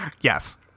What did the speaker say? Yes